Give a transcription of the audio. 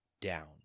down